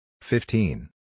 fifteen